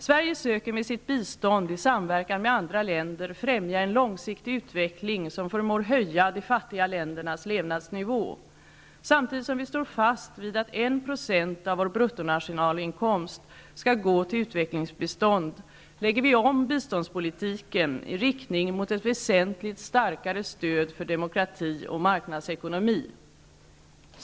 Sverige söker med sitt bistånd i samverkan med andra länder främja en långsiktig utveckling som förmår höja de fattiga ländernas levnadsnivå. Samtidigt som vi står fast vid att en procent av vår bruttonationalinkomst skall gå till utvecklingsbistånd lägger vi om biståndspolitiken i riktning mot ett väsentligt starkare stöd för demokrati och marknadsekonomi.